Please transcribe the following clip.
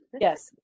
Yes